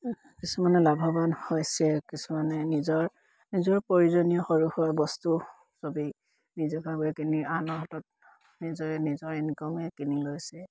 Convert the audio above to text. কিছুমানে লাভৱান হৈছে কিছুমানে নিজৰ নিজৰ প্ৰয়োজনীয় সৰু সৰু বস্তু চবেই নিজৰে নিজৰ ইনকমে কিনি লৈছে